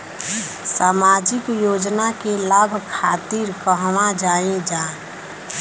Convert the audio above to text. सामाजिक योजना के लाभ खातिर कहवा जाई जा?